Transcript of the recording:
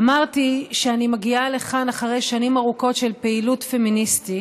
אמרתי שאני מגיעה לכאן אחרי שנים ארוכות של פעילות פמיניסטית,